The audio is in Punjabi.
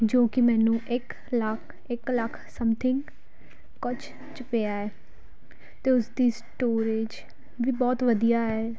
ਜੋ ਕਿ ਮੈਨੂੰ ਇੱਕ ਲੱਖ ਇੱਕ ਲੱਖ ਸਮਥਿੰਗ ਕੁਝ 'ਚ ਪਿਆ ਹੈ ਅਤੇ ਉਸ ਦੀ ਸਟੋਰੇਜ ਵੀ ਬਹੁਤ ਵਧੀਆ ਹੈ